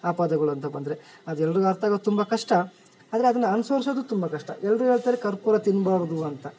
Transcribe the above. ಅ ಪದಗಳು ಅಂತ ಬಂದರೆ ಅದು ಎಲ್ಲರಿಗು ಅರ್ಥಾಗೊದ್ ತುಂಬ ಕಷ್ಟ ಆದರೆ ಅದನ್ನು ಅನುಸರ್ಸೋದು ತುಂಬ ಕಷ್ಟ ಎಲ್ಲರು ಹೇಳ್ತಾರೆ ಕರ್ಪೂರ ತಿನ್ನಬಾರ್ದು ಅಂತ